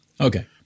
Okay